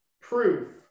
proof